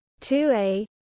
2a